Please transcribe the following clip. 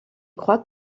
crois